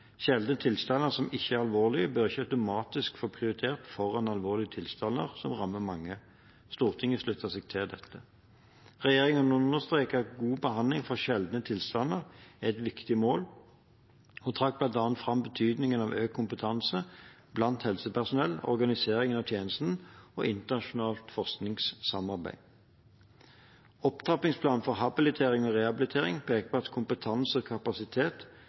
Sjeldne tilstander som ikke er alvorlige, bør ikke automatisk få prioritet foran alvorlige tilstander som rammer mange. Stortinget sluttet seg til dette. Regjeringen understreket at god behandling for sjeldne tilstander er et viktig mål, og trakk bl.a. fram betydningen av økt kompetanse blant helsepersonell, organiseringen av tjenesten og internasjonalt forskningssamarbeid. Opptrappingsplanen for habilitering og rehabilitering peker på at kompetanse og kapasitet